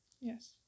yes